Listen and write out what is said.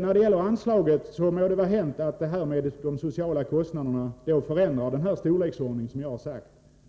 När det gäller anslaget må det vara hänt att det Bengt Wittbom säger om de sociala kostnaderna förändrar storleksordningen,